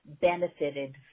benefited